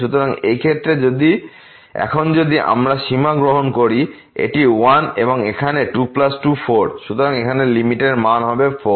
সুতরাং এই ক্ষেত্রে এখন যদি আমরা সীমা গ্রহণ করি এটি 1 এবং এখানে 224 সুতরাং এখানে লিমিট এর মান হবে 4